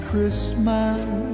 Christmas